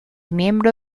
miembro